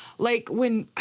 like, when.